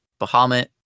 Bahamut